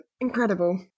Incredible